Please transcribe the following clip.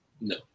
No